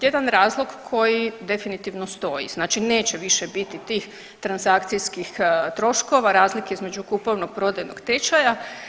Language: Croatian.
Jedan razlog koji definitivno stoji, znači neće više biti tih transakcijskih troškova, razlike između kupovnog, prodajnog tečaja.